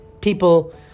people